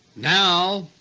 now,